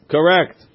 Correct